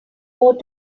more